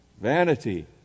vanity